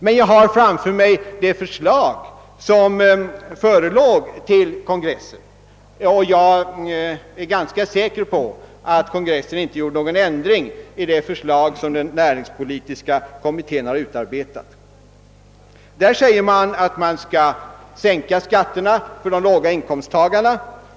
Men jag har framför mig det förslag som förelåg till kongressen, och jag är ganska säker på att kongressen inte gjorde någon ändring i det förslag som den näringspolitiska kommittén hade utarbetat. I detta förslag sägs det, att man skall sänka skatterna för de låga inkomsttagarna.